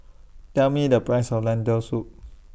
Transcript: Tell Me The Price of Lentil Soup